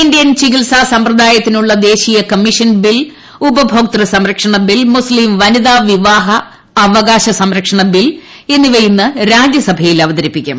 Indian ചികിത്സാ സമ്പ്രദായത്തിനുള്ള ദേശീയ കമ്മീഷൻ ബിൽ ഉപഭോക്തൃ സംരക്ഷണ ബിൽ മുസ്ലീം വനിതാ വിവാഹ അവകാശ സംരക്ഷണ ബിൽ എന്നിവ ഇന്ന് രാജ്യസഭയിൽ അവതരിപ്പിക്കും